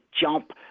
jump